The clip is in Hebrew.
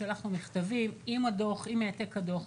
שלחנו מכתבים עם העתק הדוח.